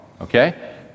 Okay